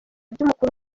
by’umukuru